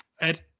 Ed